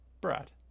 brad